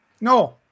No